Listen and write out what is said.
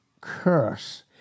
curse